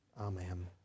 amen